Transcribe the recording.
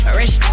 rich